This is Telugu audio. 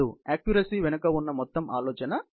ఆక్క్యురసీ వెనుక ఉన్న మొత్తం ఆలోచన అది